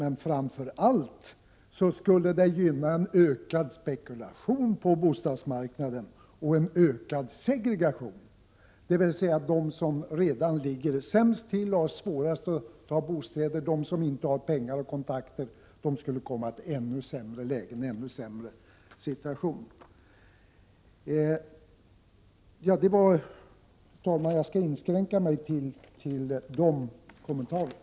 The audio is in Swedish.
Men framför allt skulle det gynna en ökad spekulation på bostadsmarknaden och en ökad segregation, dvs. de som redan ligger sämst till och har svårast att få bostäder, de som inte har pengar och kontakter, skulle komma i ännu sämre läge och få en ännu sämre Prot. 1987/88:46 situation. 16 december 1987 Herr talman! Jag skall inskränka mig till de kommentarerna. Lag om kommunal bo